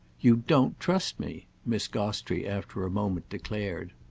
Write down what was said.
you don't trust me, miss gostrey after a moment declared.